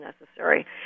necessary